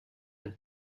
and